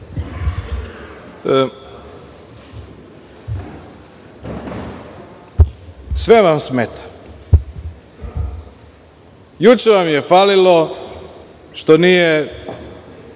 Sve vam smeta. Juče vam je falilo što nije